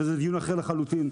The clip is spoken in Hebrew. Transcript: וזה דיון אחר לחלוטין.